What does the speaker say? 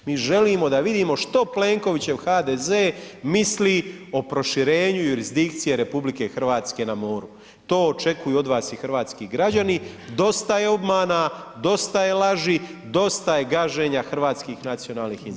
Mi želimo da vidimo što Plenkovićev HDZ misli o proširenju jurisdikcije RH na moru, to očekuju od vas i hrvatski građani, dosta je obmana, dosta je laži, dosta je gaženja hrvatskih nacionalnih interesa.